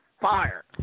fire